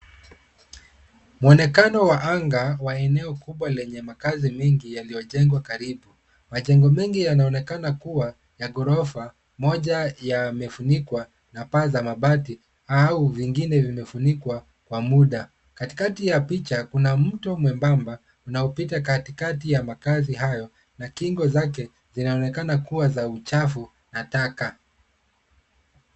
Mwonekano wa anga wa eneo kubwa lenye makaazi mingi yaliyojengwa karibu. Majengo mengi yanaonekana kuwa ya ghorofa, moja yamefunikwa na paa za mabati au vingine vimefunikwa kwa muda. Katikati ya picha kuna mto mwebamba unaopita katikati ya makaazi hayo na kingo zake zinaonekana kuwa za uchafu na taka.